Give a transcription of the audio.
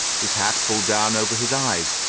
his hat pulled down over his eyes,